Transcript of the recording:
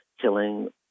killing